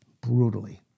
brutally